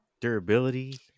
durability